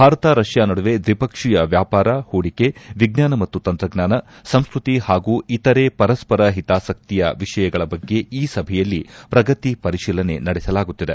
Bharat Russia ನಡುವೆ ದ್ವಿಪಕ್ಷೀಯ ವ್ಯಾಪಾರ ಹೂಡಿಕೆ ವಿಜ್ಞಾನ ಮತ್ತು ತಂತ್ರಜ್ಞಾನ ಸಂಸ್ಕತಿ ಹಾಗೂ ಇತರೆ ಪರಸ್ಪರ ಹಿತಾಸಕ್ತಿಯ ವಿಷಯಗಳ ಬಗ್ಗೆ ಈ ಸಭೆಯಲ್ಲಿ ಪ್ರಗತಿ ಪರಿಶೀಲನೆ ನಡೆಸಲಾಗುತ್ತಿದೆ